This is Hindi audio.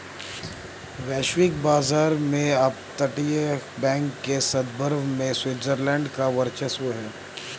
वैश्विक बाजार में अपतटीय बैंक के संदर्भ में स्विट्जरलैंड का वर्चस्व है